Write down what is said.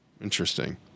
Interesting